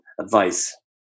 advice